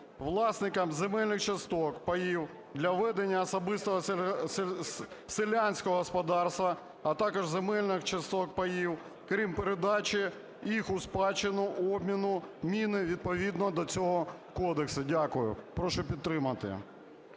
власникам земельних часток (паїв) для ведення особистого селянського господарства, а також земельних часток (паїв), крім передачі їх у спадщину, обміну (міни) відповідно цього Кодексу". Дякую. Прошу підтримати.